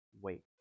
wait